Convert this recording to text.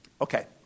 Okay